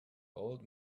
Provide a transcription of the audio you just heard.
old